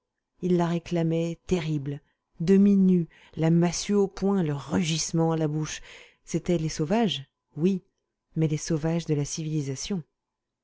ils la réclamaient terribles demi-nus la massue au poing le rugissement à la bouche c'étaient les sauvages oui mais les sauvages de la civilisation